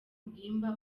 bwimba